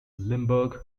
limburg